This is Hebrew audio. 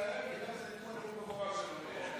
זה כמו נאום בכורה שלו.